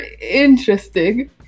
interesting